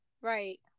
right